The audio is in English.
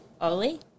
Oli